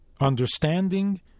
understanding